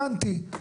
הבנתי,